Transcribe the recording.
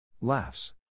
Laughs